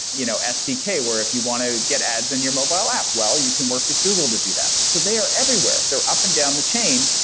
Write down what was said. you know sdk, where if you want to get ads in your mobile app, well, you can work with google to do that. so they are everywhere. they're up and down the chain,